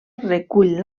recull